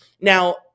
Now